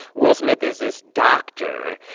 will smith is this doctor,